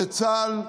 זה צה"ל.